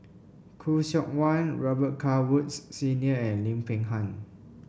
Khoo Seok Wan Robet Carr Woods Senior and Lim Peng Han